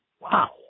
Wow